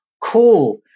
cool